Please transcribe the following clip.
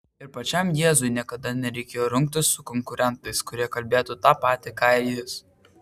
ir pačiam jėzui niekada nereikėjo rungtis su konkurentais kurie kalbėtų tą patį ką ir jis